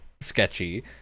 sketchy